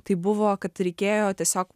tai buvo kad reikėjo tiesiog